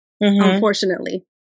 unfortunately